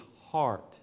heart